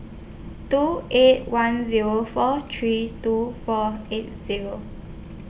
two eight one Zero four three two four eight Zero